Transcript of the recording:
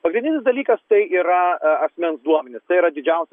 pagrindinis dalykas tai yra asmens duomenys tai yra didžiausias